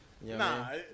Nah